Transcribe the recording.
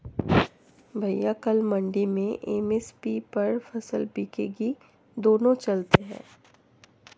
भैया कल मंडी में एम.एस.पी पर फसल बिकेगी दोनों चलते हैं